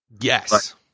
Yes